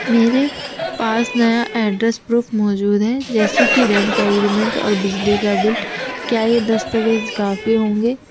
میرے پاس نیا ایڈریس پروف موجود ہے جیسے کہ رینٹ ایگریمنٹ اور بجلی کا بل کیا یہ دستاویز کافی ہوں گے